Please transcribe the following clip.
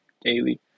daily